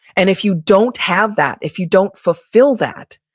and if you don't have that, if you don't fulfill that,